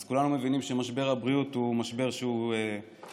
אז כולנו מבינים שמשבר הבריאות הוא משבר שהוא בעצם,